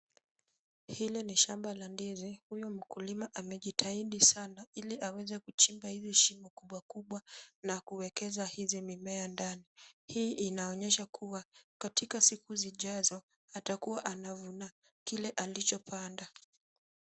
Hili ni shamba la ndizi, huyu mkulima amejitahidi sana ili aweze kuchimba hizi shimo kubwa kubwa na kuwekeza hizi mimea ndani ,ili ni kuhakikisha kua siku sijazo atakua anavuna kile alichopanda.